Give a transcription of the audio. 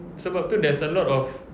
sebab itu there's a lot of